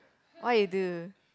what you do